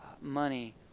money